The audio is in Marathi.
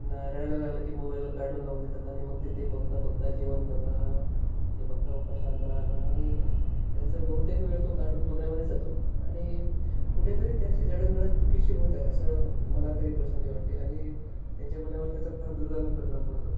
त्यांना रडायला लागलं की मोबाईलवर कार्टून लावून देतात आणि मग त ते बघता बघता जेवण करणं ते बघता बघता शांत राहणं आणि त्यांचा बहुतेक वेळ तो कार्टून बघण्यामध्येच जातो आणि कुठेतरी त्यांची जडणघडण चुकीची होत आहे असं मला तरी पर्सनली वाटते आणि त्यांच्या मनावर त्याचा फार दूरगामी परिणाम पडतो